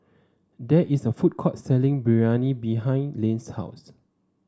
there is a food court selling Biryani behind Lane's house